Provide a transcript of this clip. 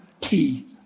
key